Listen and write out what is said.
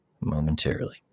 momentarily